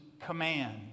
command